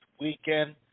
weekend